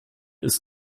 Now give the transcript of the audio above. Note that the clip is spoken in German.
ist